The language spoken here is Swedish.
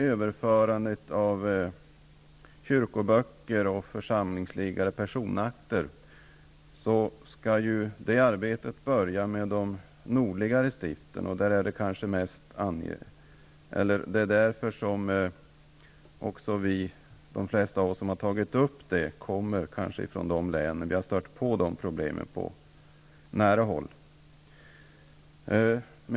Överförandet av kyrkböcker, församlingsliggare och personakter skall börja med de nordligare stiften. Detta beror på att de flesta av oss som tagit upp frågan kommer från de nordligare länen och stött på problemen på nära håll.